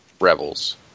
rebels